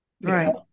Right